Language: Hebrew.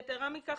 יתרה מכך,